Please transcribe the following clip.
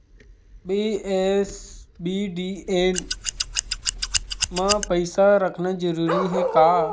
BSBDA मा पईसा रखना जरूरी हे का?